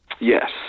Yes